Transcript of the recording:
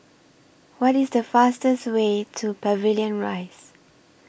What IS The fastest Way to Pavilion Rise